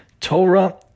Torah